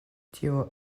tio